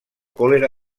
còlera